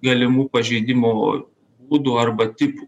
galimų pažeidimų būdų arba tipų